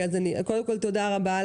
תודה רבה,